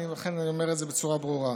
לכן אני אומר את זה בצורה ברורה,